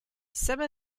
some